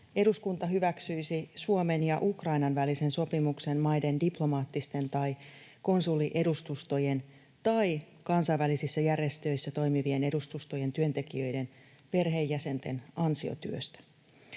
eduskunta hyväksyisi Suomen ja Ukrainan välisen sopimuksen maiden diplomaattisten tai konsuliedustustojen tai kansainvälisissä järjestöissä toimivien edustustojen työntekijöiden perheenjäsenten ansiotyöstä.